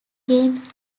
games